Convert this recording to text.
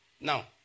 Now